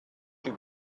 you